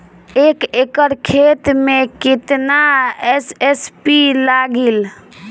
एक एकड़ खेत मे कितना एस.एस.पी लागिल?